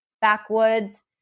backwoods